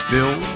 Bill